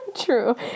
True